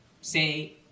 say